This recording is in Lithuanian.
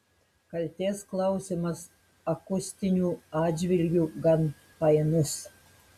kaltės klausimas akustiniu atžvilgiu gan painus